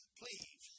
please